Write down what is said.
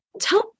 tell